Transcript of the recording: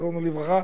זיכרונו לברכה.